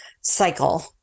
cycle